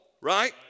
Right